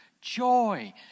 joy